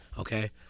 Okay